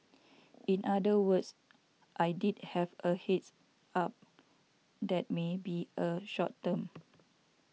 in other words I did have a heads up that may be a short term